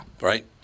right